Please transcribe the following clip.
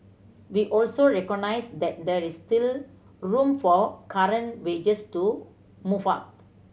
we also recognised that there is still room for current wages to move up